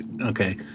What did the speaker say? okay